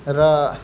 र